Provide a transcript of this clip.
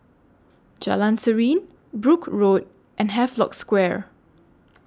Jalan Serene Brooke Road and Havelock Square